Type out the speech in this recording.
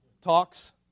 talks